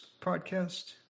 podcast